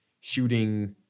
shooting